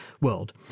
world